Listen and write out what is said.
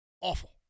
Awful